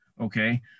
okay